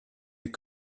you